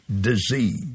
disease